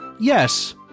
Yes